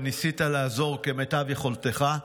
וניסית לעזור כמיטב יכולתך.